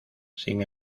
sin